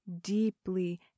deeply